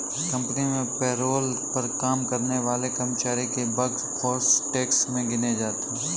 company में payroll पर काम करने वाले कर्मचारी ही वर्कफोर्स टैक्स में गिने जाते है